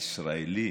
הישראלי